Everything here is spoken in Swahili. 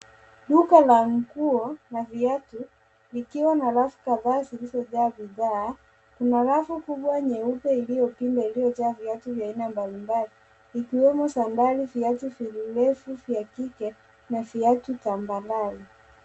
Duka la nguo na viatu likiwa na rafu kadhaa zilizojaa bidhaa. Kuna rafu kubwa nyeupe iliyopinda iliyojaa viatu vya aina mbalimbali vikiwemo sandals ,viatu virefu vya kike na viatu tambarare.